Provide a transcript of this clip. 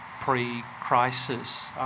pre-crisis